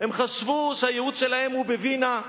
הם חשבו שהייעוד שלהם הוא בווינה,